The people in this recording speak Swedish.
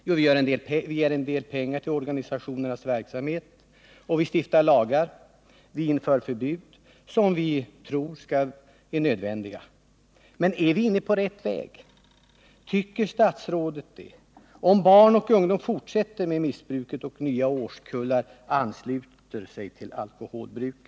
Jo, vi ger en del pengar till organisationernas verksamhet och vi stiftar lagar och vi inför förbud som vi tror är nödvändiga. Men är vi inne på rätt väg? Tycker statsrådet det, om barn och ungdom fortsätter med missbruket och nya årskullar ansluter sig till alkoholbruket?